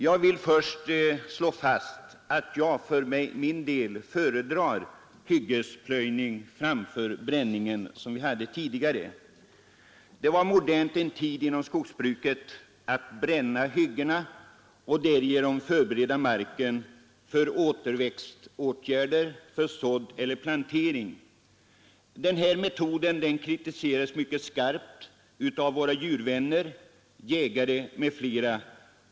Jag vill först slå fast att jag för min del föredrar hyggesplöjning framför den tidigare hyggesbränningen. Det var en tid modernt inom skogsbruket att bränna hyggena och därigenom förbereda marken för återväxtåtgärder genom sådd eller plantering. Den här metoden kritiserades mycket kraftigt av våra djurvänner — jägare m.fl.